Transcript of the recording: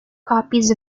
copies